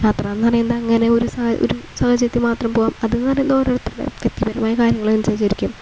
യാത്ര എന്ന് പറയുന്നത് അങ്ങനെ ഒരു സാഹ ഒരു സാഹചര്യത്തിൽ മാത്രം പോവാം അതെന്ന് പറയുന്നത് ഓരോരുത്തരുടെ വ്യക്തിപരമായ കാര്യങ്ങള് അനുസരിച്ചിരിക്കും